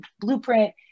blueprint